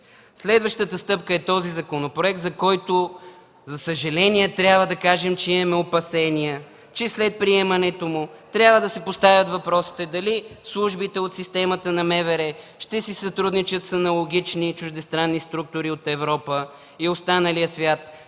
Следващата стъпка е този законопроект, за който, за съжаление, трябва да кажем, че имаме опасения, че след приемането му трябва да се поставят въпросите: дали службите от системата на МВР ще си сътрудничат с аналогични чуждестранни структури от Европа и останалия свят;